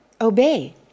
obey